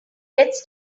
gets